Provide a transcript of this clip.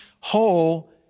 whole